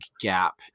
gap